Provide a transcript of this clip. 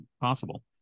possible